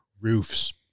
roofs